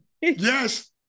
Yes